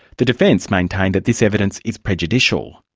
the defence maintained that this evidence is prejudicial.